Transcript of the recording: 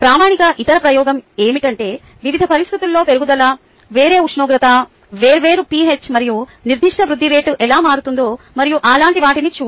ప్రామాణిక ఇతర ప్రయోగం ఏమిటంటే వివిధ పరిస్థితులలో పెరుగుదల వేరే ఉష్ణోగ్రత వేర్వేరు pH మరియు ఈ నిర్దిష్ట వృద్ధి రేటు ఎలా మారుతుందో మరియు అలాంటి వాటిని చూడండి